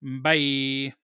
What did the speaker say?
bye